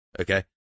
okay